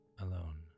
alone